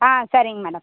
ஆ சரிங்க மேடம்